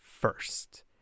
first